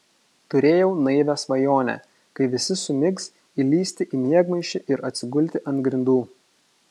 turėjau naivią svajonę kai visi sumigs įlįsti į miegmaišį ir atsigulti ant grindų